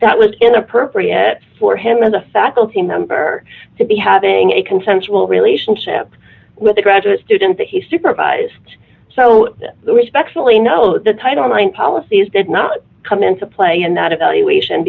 that was inappropriate for him as a faculty member to be having a consensual relationship with a graduate student that he supervised so respectfully no the title nine policies did not come into play in that evaluation